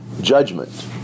judgment